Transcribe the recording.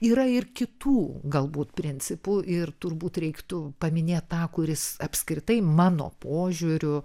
yra ir kitų galbūt principų ir turbūt reiktų paminėt tą kuris apskritai mano požiūriu